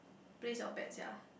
place your bet sia